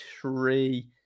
three